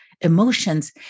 emotions